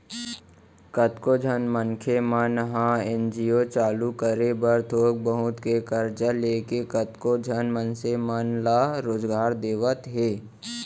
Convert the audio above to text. कतको झन मनखे मन ह एन.जी.ओ चालू करे बर थोक बहुत के करजा लेके कतको झन मनसे मन ल रोजगार देवत हे